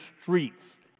streets